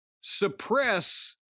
suppress